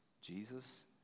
Jesus